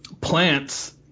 plants